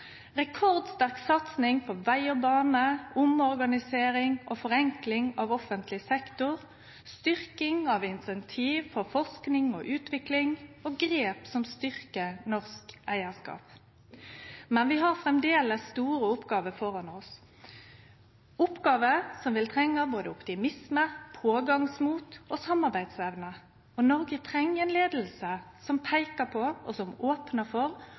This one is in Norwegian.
rekordsterk satsing på veg og bane omorganisering og forenkling av offentleg sektor styrking av incentiv for forsking og utvikling grep som styrkjer norsk eigarskap Men vi har framleis store oppgåver framfor oss, oppgåver som vil trenge både optimisme, pågangsmot og samarbeidsevne. Noreg treng ei leiing som peikar på, og som opnar for,